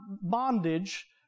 bondage